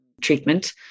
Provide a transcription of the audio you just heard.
treatment